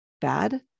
bad